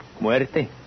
Muerte